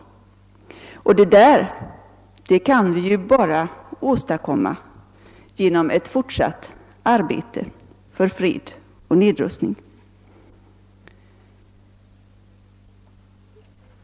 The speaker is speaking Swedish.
Detta kan vi åstadkomma endast genom ett fortsatt arbete för fred och nedrustning.